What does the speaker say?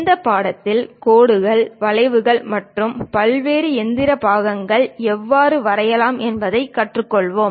இந்த பாடத்திட்டத்தில் கோடுகள் வளைவுகள் மற்றும் பல்வேறு இயந்திர பாகங்களை எவ்வாறு வரையலாம் என்பதைக் கற்றுக்கொள்வோம்